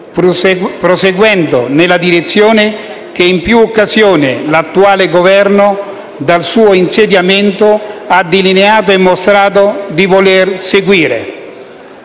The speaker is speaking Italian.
proseguendo nella direzione che in più occasioni l'attuale Governo fin dal suo insediamento ha delineato e mostrato di voler seguire.